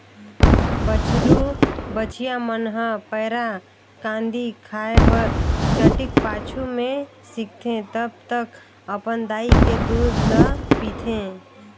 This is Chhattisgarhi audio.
बछरु बछिया मन ह पैरा, कांदी खाए बर चटिक पाछू में सीखथे तब तक अपन दाई के दूद ल पीथे